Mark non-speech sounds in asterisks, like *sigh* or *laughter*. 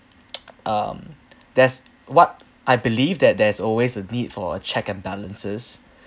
*noise* um there's what I believe that there's always a need for a check and balances